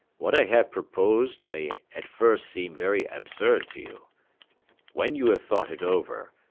what i have proposed may at first seem very absurd to you when you have thought it over,